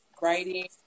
writing